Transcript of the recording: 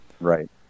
Right